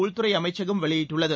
உள்துறை அமைச்சகம் வெளியிட்டுள்ளது